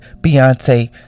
beyonce